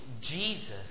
Jesus